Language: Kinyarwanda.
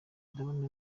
ndabona